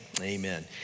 amen